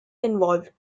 involved